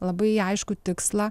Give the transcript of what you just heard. labai aiškų tikslą